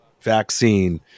vaccine